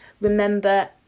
Remember